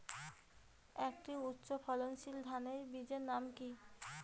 একটি উচ্চ ফলনশীল ধানের বীজের নাম কী?